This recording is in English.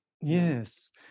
yes